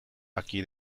aquí